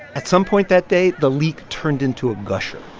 at some point that day, the leak turned into a gusher.